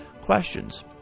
questions